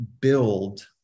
build